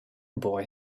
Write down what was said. boy